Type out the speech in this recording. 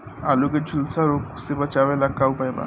आलू के झुलसा रोग से बचाव ला का उपाय बा?